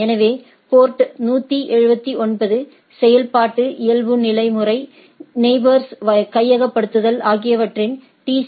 எனவே போர்ட் 179 செயல்பாட்டு செயல்முறை நெயிபோர்ஸ் கையகப்படுத்தல் ஆகியவற்றில் டி